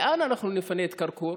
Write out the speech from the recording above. לאן אנחנו נפנה את קרקור